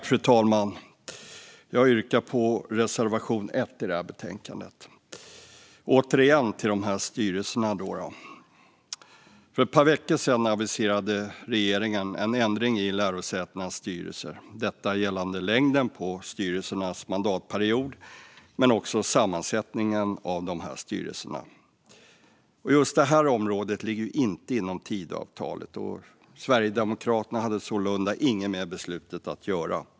Fru talman! Jag yrkar bifall till reservation 1 i detta betänkande. Återigen till dessa styrelser: För ett par veckor sedan aviserade regeringen en ändring i lärosätenas styrelser gällande längden på styrelsernas mandatperioder men också sammansättningen av dessa styrelser. Just detta område ligger inte inom Tidöavtalet, och Sverigedemokraterna hade sålunda ingenting med beslutet att göra.